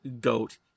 goat